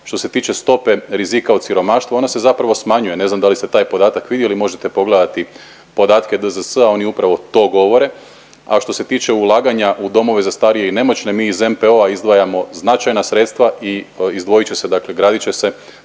što se tiče stope rizika od siromaštva ona se zapravo smanjuje. Ne znam da li ste taj podatak vidjeli, možete pogledati podatke DZS-a oni upravo to govore. A što se tiče ulaganja u domove za starije i nemoćne, mi iz NPO-a izdvajamo značajna sredstva i izdvojit će se dakle gradit će